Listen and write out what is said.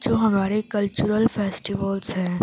جو ہمارے cultural festivals ہیں